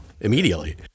immediately